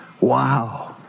Wow